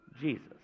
Jesus